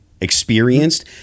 experienced